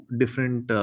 different